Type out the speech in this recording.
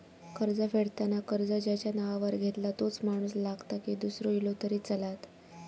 कर्ज फेडताना कर्ज ज्याच्या नावावर घेतला तोच माणूस लागता की दूसरो इलो तरी चलात?